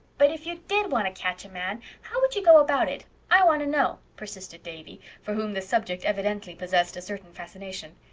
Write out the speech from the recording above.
but if you did want to catch a man how would you go about it? i want to know, persisted davy, for whom the subject evidently possessed a certain fascination.